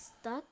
stuck